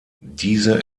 diese